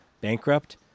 bankrupt